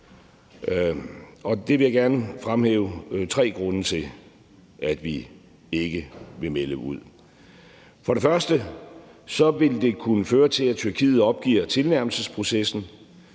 EU. Det vil jeg gerne fremhæve tre grunde til at vi ikke vil melde ud. For det første ville det kunne føre til, at Tyrkiet opgiver tilnærmelsesprocessen,